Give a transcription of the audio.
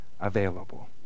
available